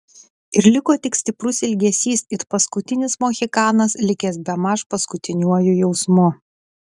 ir liko tik stiprus ilgesys it paskutinis mohikanas likęs bemaž paskutiniuoju jausmu